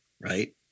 right